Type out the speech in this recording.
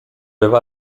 aveva